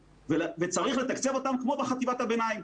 וצריך לתקצב אותם כמו בחטיבת הביניים.